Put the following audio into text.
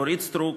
אורית סטרוק,